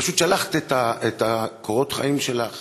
פשוט שלחת את קורות החיים שלך